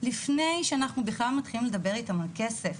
לפני שאנחנו בכלל מתחילים לדבר איתם על כסף.